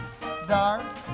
dark